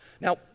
Now